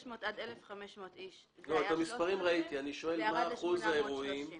500 ועד 1,500 איש היה --- וירד ל-830 שקל.